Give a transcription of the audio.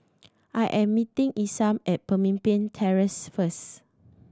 I am meeting Isam at Pemimpin Terrace first